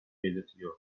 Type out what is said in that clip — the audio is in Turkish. belirtiliyor